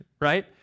Right